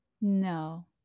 no